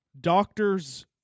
doctor's